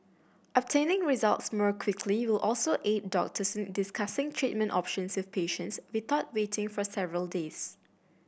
obtaining results more quickly will also aid doctors in discussing treatment options with patients without waiting for several days